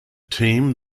team